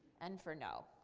n for no.